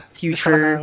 future